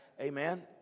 amen